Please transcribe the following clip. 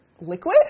Liquid